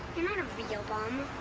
you're not a real bum.